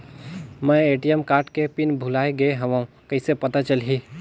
मैं ATM card के pin भुलाए गे हववं कइसे पता चलही?